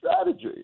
strategy